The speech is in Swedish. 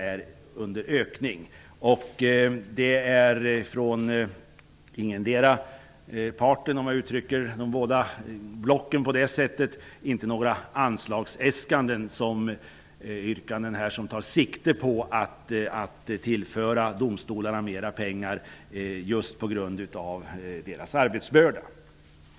Från ingendera parten -- om jag får uttrycka mig på det sättet om de båda blocken -- handlar det om några yrkanden om anslagsäskanden med siktet att tillföra domstolarna mer pengar på grund av deras arbetsbörda.